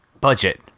budget